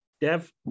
Dev